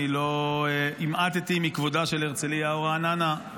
לא המעטתי מכבודה של הרצליה או רעננה,